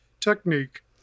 technique